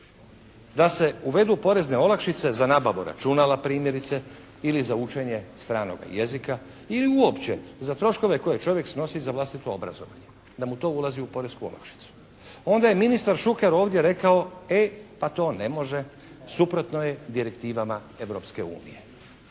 Da se uvedu porezne olakšice za nabavu računala primjerice ili za učenje stranog jezika ili uopće za troškove koje čovjek snosi za vlastito obrazovanje. Da mu to ulazi u poresku olakšicu. Onda je ministar Šuker ovdje rekao: «E pa to ne može. Suprotno je direktivama Europske unije.»